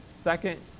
second